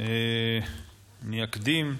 אין מתנגדים,